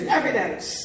evidence